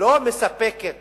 לא מספקת